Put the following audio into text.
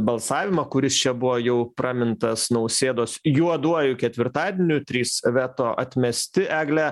balsavimą kuris čia buvo jau pramintas nausėdos juoduoju ketvirtadieniu trys veto atmesti egle